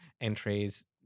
entries